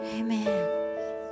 Amen